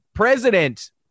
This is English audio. President